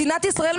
מדינת ישראל,